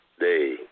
day